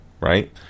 right